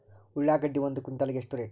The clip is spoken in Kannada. ಉಳ್ಳಾಗಡ್ಡಿ ಒಂದು ಕ್ವಿಂಟಾಲ್ ಗೆ ಎಷ್ಟು ರೇಟು?